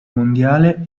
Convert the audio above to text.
mondiale